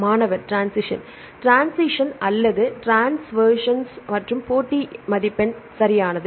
மாணவர் transition transitions அல்லது transversions மற்றும் போட்டி மதிப்பெண் சரியானது